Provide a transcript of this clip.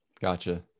Gotcha